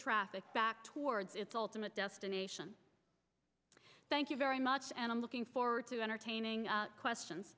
traffic back towards its ultimate destination thank you very much and i'm looking forward to entertaining questions